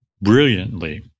brilliantly